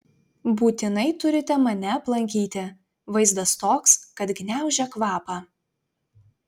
būtinai turite mane aplankyti vaizdas toks kad gniaužia kvapą